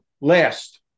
last